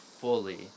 fully